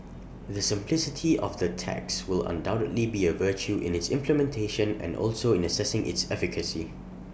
the simplicity of the tax will undoubtedly be A virtue in its implementation and also in assessing its efficacy